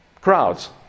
crowds